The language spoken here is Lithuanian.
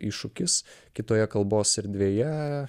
iššūkis kitoje kalbos erdvėje